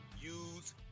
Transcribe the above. use